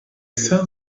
sun